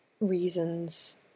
reasons